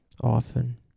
often